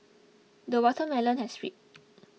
the watermelon has ray